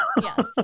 Yes